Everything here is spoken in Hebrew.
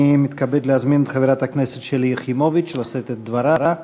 אני מתכבד להזמין את חברת הכנסת שלי יחימוביץ לשאת את דברה.